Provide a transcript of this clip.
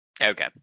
Okay